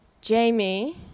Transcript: Jamie